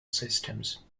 systems